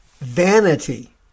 vanity